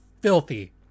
filthy